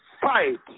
fight